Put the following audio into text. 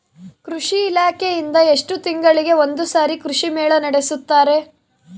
ಕೃಷಿ ಇಲಾಖೆಯಿಂದ ಎಷ್ಟು ತಿಂಗಳಿಗೆ ಒಂದುಸಾರಿ ಕೃಷಿ ಮೇಳ ನಡೆಸುತ್ತಾರೆ?